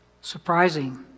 Surprising